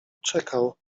czekał